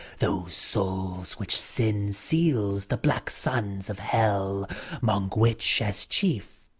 those souls which sin seals the black sons of hell mong which, as chief,